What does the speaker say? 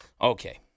Okay